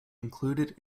included